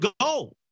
go